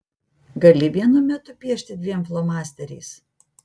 gali vienu metu piešti dviem flomasteriais